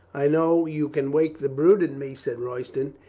i know you can wake the brute in me, said royston.